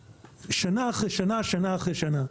שנה אחרי שנה, שנה אחרי שנה.